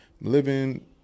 living